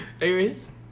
Aries